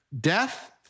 death